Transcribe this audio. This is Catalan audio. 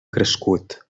crescut